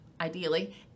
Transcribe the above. ideally